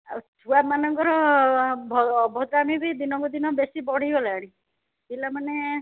ଆଉ ଛୁଆମାନଙ୍କର ଅଭଦ୍ରାମୀ ଦିନକୁ ଦିନ ବେଶୀ ବଢ଼ିଗଲାଣି ପିଲାମାନେ